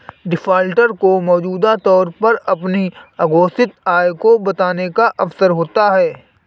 defaulter को मौजूदा दरों पर अपनी अघोषित आय को बताने का अवसर होता है